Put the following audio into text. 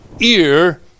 ear